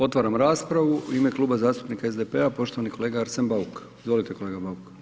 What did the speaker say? Otvaram raspravu, u ime Kluba zastupnika SDP-a poštovani kolega Arsen Bauk, izvolite kolega Bauk.